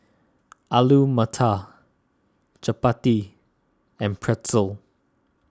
Alu Matar Chapati and Pretzel